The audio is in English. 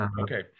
okay